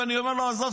ואני אומר לו: עזוב,